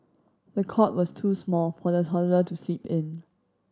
the cot was too small for the toddler to sleep in